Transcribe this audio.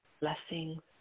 blessings